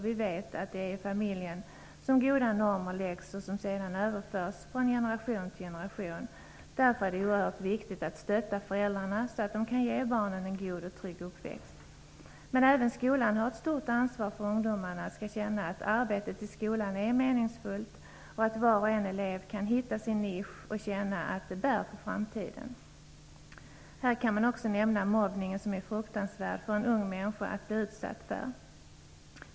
Vi vet att det är i familjen som goda normer grundläggs, som sedan överförs från generation till generation. Därför är det oerhört viktigt att stötta föräldrarna, så att de kan ge barnen en god och trygg uppväxt. Men även skolan har ett stort ansvar för att ungdomarna skall känna att arbetet i skolan är meningsfullt och att var och en elev kan hitta sin nisch och känna att det bär för framtiden. Här kan man också nämna mobbning, som det är fruktansvärt för en ung människa att bli utsatt för.